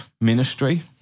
Ministry